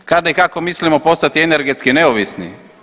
Kada i kako mislimo postati energetski neovisni?